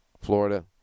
Florida